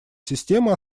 система